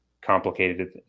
complicated